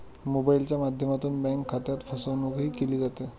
मोबाइलच्या माध्यमातून बँक खात्यात फसवणूकही केली जाते